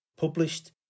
published